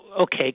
Okay